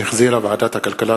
שהחזירה ועדת הכלכלה.